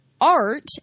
art